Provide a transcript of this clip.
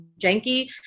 janky